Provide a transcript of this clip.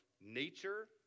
nature